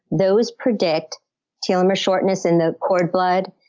those predict telomere shortness in the cord blood.